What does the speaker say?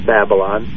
Babylon